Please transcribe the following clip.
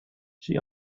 she